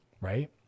right